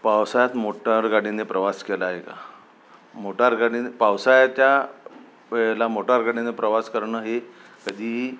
पावसाळ्यात मोटारगाडीने प्रवास केला आहे का मोटारगाडीने पावसाच्या वेळेला मोटार गाडीने प्रवास करणं हे कधीही